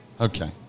Okay